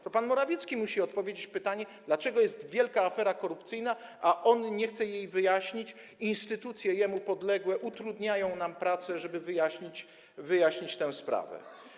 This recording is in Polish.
To pan Morawiecki musi odpowiedzieć na pytanie, dlaczego jest wielka afera korupcyjna, a on nie chce jej wyjaśnić i instytucje mu podległe utrudniają nam pracę, żeby wyjaśnić tę sprawę.